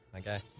Okay